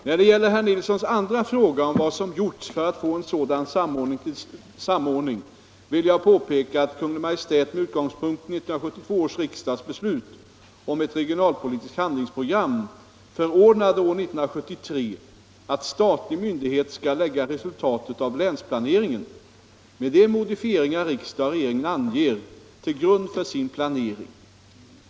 När det gäller herr Nilssons andra fråga, om vad som gjorts för att få en sådan samordning, vill jag påpeka att Kungl. Maj:t — med utgångspunkt i 1972 års riksdags beslut om ett regionalpolitiskt handlingsprogram - år 1973 förordnade att statlig myndighet skall lägga resultatet av länsplaneringen, med de modifieringar riksdag och regering anger, till grund för sin planering.